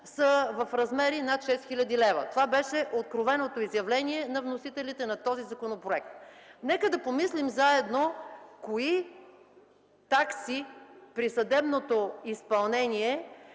са с размери над 6000 лв. Това беше откровеното изявление от вносителите на законопроекта. Нека да помислим заедно кои такси при съдебното изпълнение